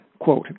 quote